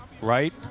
right